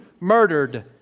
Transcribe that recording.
murdered